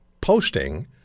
posting